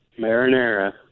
marinara